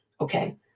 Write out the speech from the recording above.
Okay